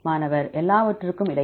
மாணவர் எல்லாவற்றிற்கும் இடையில்